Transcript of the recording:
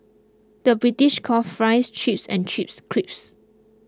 the British calls Fries Chips and Chips Crisps